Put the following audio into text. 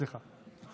סליחה.